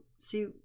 see